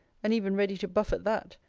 and even ready to buffet that,